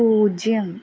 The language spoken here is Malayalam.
പൂജ്യം